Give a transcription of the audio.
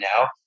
now